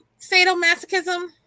sadomasochism